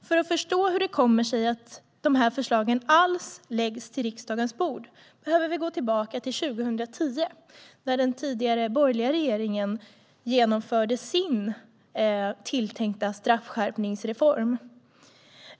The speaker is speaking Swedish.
För att förstå hur det kommer sig att dessa förslag alls läggs på riksdagens bord behöver vi gå tillbaka till 2010, när den tidigare borgerliga regeringen genomförde sin tilltänkta straffskärpningsreform.